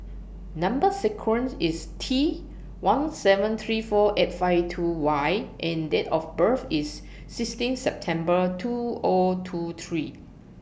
Number sequence IS T one seven three four eight five two Y and Date of birth IS sixteen September two O two three